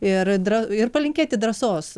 ir dra ir palinkėti drąsos